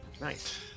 Nice